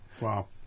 Wow